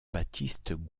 baptiste